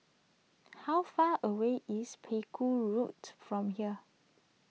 how far away is Pegu Road from here